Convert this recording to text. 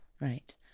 right